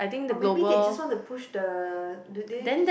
or maybe they just want to push the do they just